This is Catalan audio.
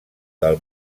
del